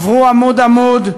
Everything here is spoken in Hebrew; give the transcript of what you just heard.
עברו עמוד-עמוד,